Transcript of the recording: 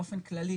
באופן כללי,